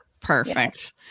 Perfect